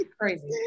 Crazy